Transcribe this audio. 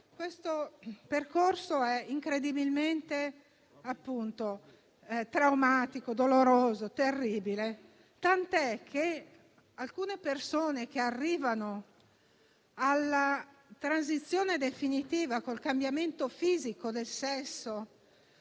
Tale percorso è tanto incredibilmente traumatico, doloroso e terribile, che alcune persone che arrivano alla transizione definitiva con il cambiamento fisico del sesso